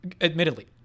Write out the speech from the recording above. admittedly